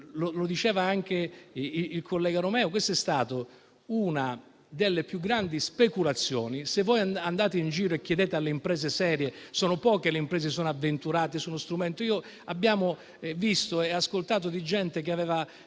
Come diceva anche il collega Romeo, questa è stata una delle più grandi speculazioni. Se voi andate in giro e chiedete alle imprese serie, vedete che sono poche le imprese che si sono avventurate su questo strumento. Abbiamo visto e ascoltato vicende di